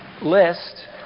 list